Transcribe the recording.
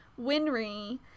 Winry